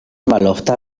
malofta